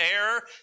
error